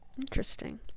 interesting